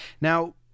Now